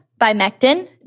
Bimectin